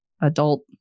adult